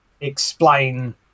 explain